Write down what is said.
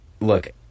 look